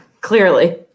clearly